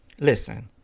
Listen